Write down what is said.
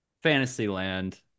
Fantasyland